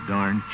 Darn